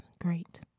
great